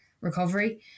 recovery